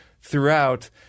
throughout